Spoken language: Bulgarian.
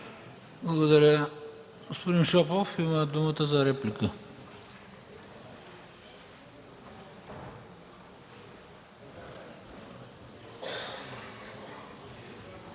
Благодаря. Господин Шопов има думата за реплика.